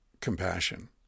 compassion